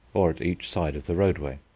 or at each side of the roadway.